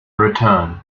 return